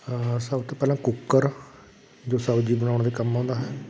ਹਾਂ ਸਭ ਤੋਂ ਪਹਿਲਾਂ ਕੁੱਕਰ ਜੋ ਸਬਜ਼ੀ ਬਣਾਉਣ ਦੇ ਕੰਮ ਆਉਂਦਾ ਹੈ